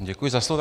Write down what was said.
Děkuji za slovo.